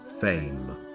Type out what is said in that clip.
fame